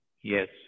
Yes